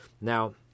Now